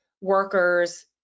workers